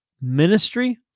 ministry